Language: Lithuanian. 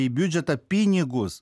į biudžetą pinigus